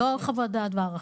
לא חוות-דעת והערכות.